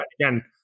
Again